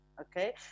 Okay